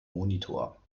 monitor